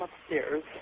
upstairs